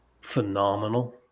phenomenal